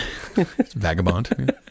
vagabond